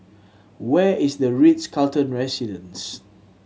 where is The Ritz Carlton Residences